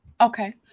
okay